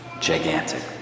gigantic